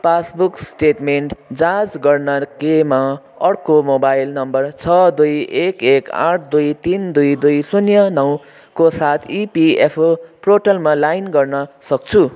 passbook statement जाँच गर्न के म अर्को मोबाइल नम्बर छ दुई एक एक आठ दुई तिन दुई दुई शून्य नौको साथ इपिएफओ पोर्टलमा लाइन गर्न सक्छु